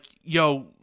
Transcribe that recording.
yo